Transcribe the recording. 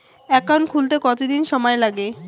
Account খুলতে কতদিন সময় লাগে?